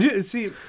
See